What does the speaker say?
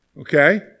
Okay